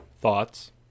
Thoughts